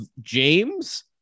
james